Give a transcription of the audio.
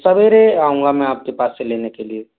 सवेरे आऊँगा मैं आप के पास से लेने के लिए